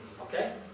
Okay